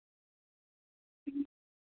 दुकान खोलना चाहते हैं दो साल के लिए